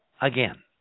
again